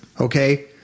Okay